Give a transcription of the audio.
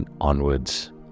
onwards